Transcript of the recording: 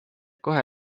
kohe